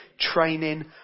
training